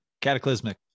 Cataclysmic